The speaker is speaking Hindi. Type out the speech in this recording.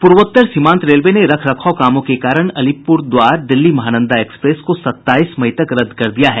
पूर्वोत्तर सीमांत रेलवे ने रखरखाव कामों के कारण अलीपुर द्वार दिल्ली महानंदा एक्सप्रेस को सत्ताईस मई तक रद्द कर दिया गया है